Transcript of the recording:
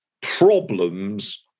problems